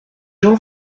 jean